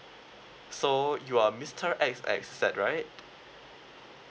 so you are mister X X X right